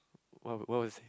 what wa~ what was he